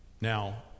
Now